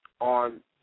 on